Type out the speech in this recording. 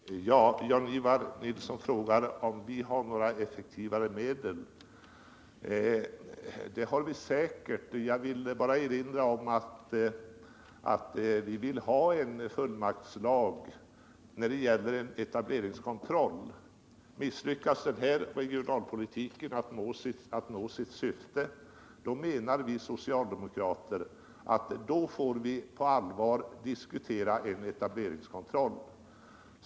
Herr talman! Jan-Ivan Nilsson frågar om vi kan anvisa några effektivare medel. Ja, det kan vi säkert. Jag vill bara erinra om att vi vill ha en fullmaktslag när det gäller etableringskontroll. Kan man inte uppnå syftet med regionalpolitiken, menar vi socialdemokrater att då får vi på allvar diskutera en etableringskontroll.